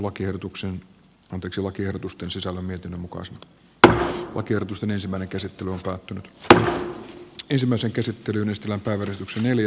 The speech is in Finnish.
nyt päätetään lakiehdotusten sisällön myytin mukaan smith br kotiutusten ensimmäinen käsittely alkaa tänään ensimmäisen käsittelyn estellä verotuksen sisällöstä